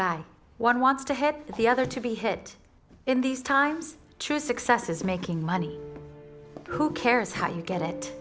by one wants to head the other to be hit in these times true success is making money who cares how you get it